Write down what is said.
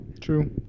True